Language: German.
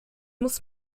muss